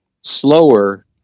slower